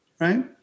right